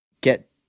get